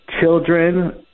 children